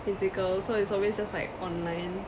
physical so it's always just like online